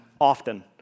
often